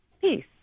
Peace